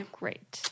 great